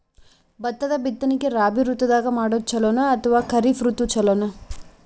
ಭತ್ತದ ಬಿತ್ತನಕಿ ರಾಬಿ ಋತು ದಾಗ ಮಾಡೋದು ಚಲೋನ ಅಥವಾ ಖರೀಫ್ ಋತು ಚಲೋನ?